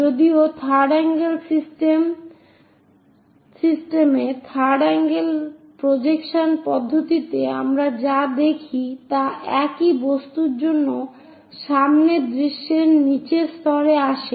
যদিও third angle system এ third angle projection পদ্ধতিতে আমরা যা দেখি তা একই বস্তুর জন্য সামনের দৃশ্য নীচের স্তরে আসে